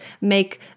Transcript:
make